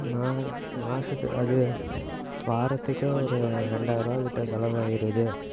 நான் மாசத்துக்கு அது வாரத்துக்கே ஒரு ரெண்டாயருபாக்கிட்ட செலவாகிருது